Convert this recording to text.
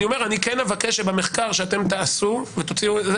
אני אומר שאני כן אבקש שבמחקר שאתם תעשו תהיה